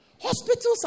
Hospitals